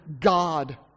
God